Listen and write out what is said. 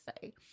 say